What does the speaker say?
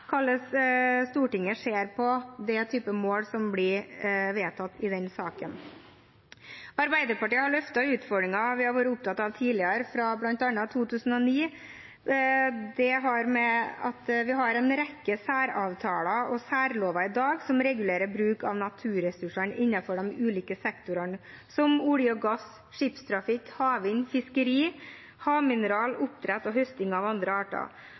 hvordan Stortinget ser på den typen mål som blir vedtatt i saken. Arbeiderpartiet har løftet utfordringen vi har vært opptatt av tidligere, bl.a. i 2009. Det har å gjøre med at vi i dag har en rekke særavtaler og særlover som regulerer bruk av naturressursene innenfor de ulike sektorene, som olje og gass, skipstrafikk, havvind, fiskeri, havmineral, oppdrett og høsting av andre arter.